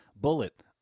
bullet